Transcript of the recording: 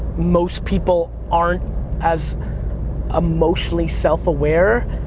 most people aren't as emotionally self-aware,